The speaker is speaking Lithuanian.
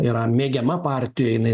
yra mėgiama partijoj jinai